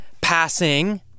passing